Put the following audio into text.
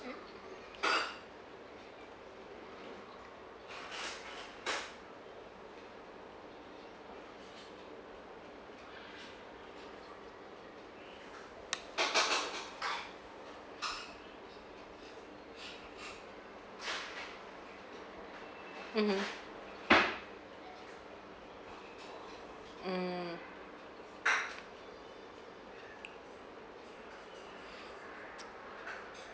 mmhmm mm